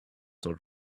not